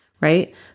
right